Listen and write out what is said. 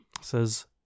says